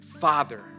Father